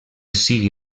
sigui